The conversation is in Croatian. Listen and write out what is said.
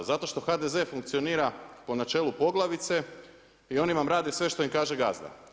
Zato što što HDZ funkcionira po načeli poglavice i oni vam rade sve što im kaže gazda.